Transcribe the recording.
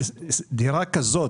דירה כזו,